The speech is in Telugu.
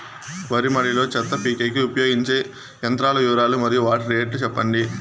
వరి మడి లో చెత్త పీకేకి ఉపయోగించే యంత్రాల వివరాలు మరియు వాటి రేట్లు చెప్పండి?